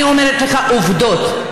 אני אומרת לך עובדות.